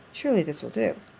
surely this will do.